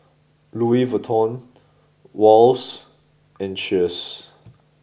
Louis Vuitton Wall's and Cheers